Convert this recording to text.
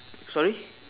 sorry